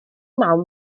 mam